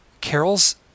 Carol's